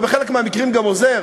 ובחלק מהמקרים גם עוזר.